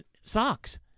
Socks